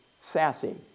sassy